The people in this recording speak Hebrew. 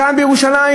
כאן בירושלים,